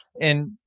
and-